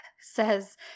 says